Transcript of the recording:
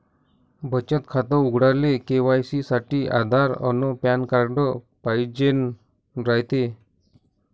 बचत खातं उघडाले के.वाय.सी साठी आधार अन पॅन कार्ड पाइजेन रायते